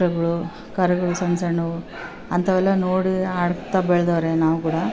ಆಕಳ್ಗಳು ಕರುಗಳು ಸಣ್ಣ ಸಣ್ಣವು ಅಂಥವೆಲ್ಲ ನೋಡಿ ಆಡ್ತಾ ಬೆಳೆದವ್ರೆ ನಾವು ಕೂಡ